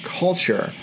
culture